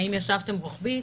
האם ישבתם רוחבית